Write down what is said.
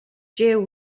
jiw